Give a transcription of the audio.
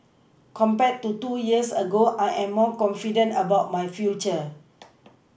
compared to two years ago I am more confident about my future